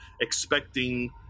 expecting